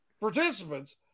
participants